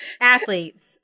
athletes